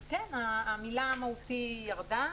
אז, כן, המילה "מהותי" ירדה.